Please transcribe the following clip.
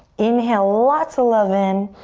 inhale lots of love in.